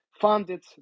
funded